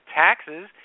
taxes